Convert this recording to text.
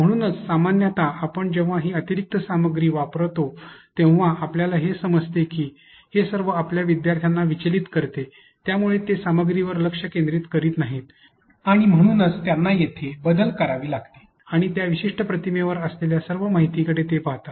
म्हणूनच सामान्यत आपण जेव्हा ही अतिरिक्त सामग्री वापरत असतो तेव्हा आपल्याला हे समजते की हे सर्व आपल्या विद्यार्थ्यांना विचलित करते त्यामुळे ते सामग्रीवर लक्ष केंद्रित करीत नाहीत आणि म्हणूनच त्यांना येथे बदल करावे लागते आणि त्या विशिष्ट प्रतिमेवर यासलेल्या सर्व माहितीकडे ते पाहतात